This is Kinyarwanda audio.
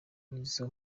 izo